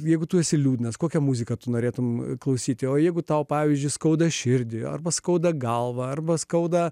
jeigu tu esi liūdnas kokią muziką tu norėtumei klausyti o jeigu tau pavyzdžiui skauda širdį arba skauda galvą arba skauda